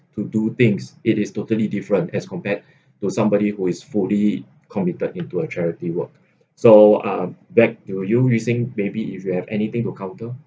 to do things it is totally different as compared to somebody who is fully committed into a charity work so um back to you yu sing maybe if you have anything to counter